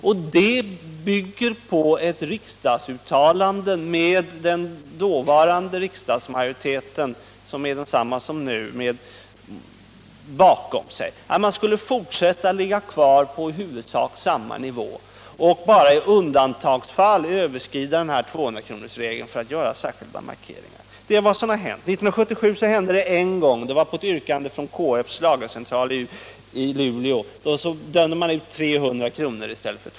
Det systemet bygger på ett tidigare riksdagsuttalande, grundat på samma majoritet som den nuvarande. Det gick ut på att man skulle ligga kvar på i huvudsak samma nivå och bara i undantagsfall och för att göra särskilda markeringar skulle utdöma mer än 200 kr. i skadestånd. År 1977 hände det en enda gång att man dömde ut 300 kr. i skadestånd, och det var på yrkande av KF:s lagercentral i Luleå.